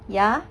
ya